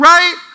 Right